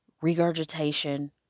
regurgitation